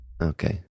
Okay